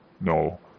No